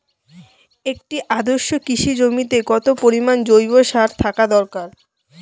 একটি আদর্শ কৃষি জমিতে কত পরিমাণ জৈব সার থাকা দরকার?